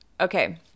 Okay